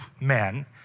men